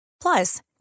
Plus